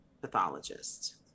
pathologist